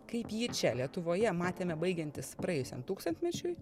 kaip jį čia lietuvoje matėme baigiantis praėjusiam tūkstantmečiui